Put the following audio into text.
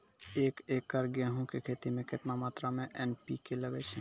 एक एकरऽ गेहूँ के खेती मे केतना मात्रा मे एन.पी.के लगे छै?